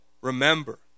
remember